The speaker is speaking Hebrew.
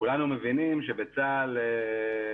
כולנו מבינים שבצבא הגנה